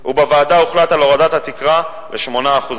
ובוועדה הוחלט על הורדת התקרה ל-8%.